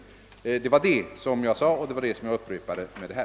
Det har jag sagt förut, och jag upprepar det nu.